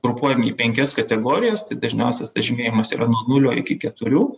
grupuojami į penkias kategorijas tai dažniausias tas žymėjimas yra nuo nulio iki keturių